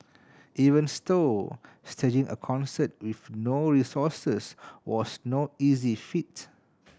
even stove staging a concert with no resources was no easy feat